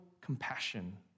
compassion